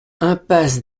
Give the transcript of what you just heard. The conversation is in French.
impasse